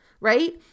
right